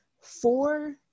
Four